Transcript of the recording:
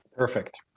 Perfect